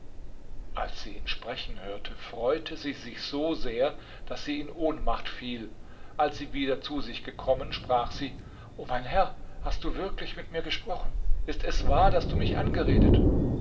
als sie ihn sprechen hörte freute sie sich so sehr daß sie in ohnmacht fiel als sie wieder zu sich gekommen sprach sie o mein herr hast du wirklich mit mir gesprochen ist es wahr daß du mich angeredet